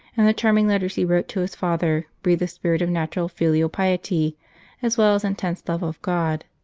and the charming letters he wrote to his father breathe a spirit of natural filial piety as well as intense love of god.